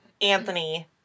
Anthony